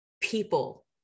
people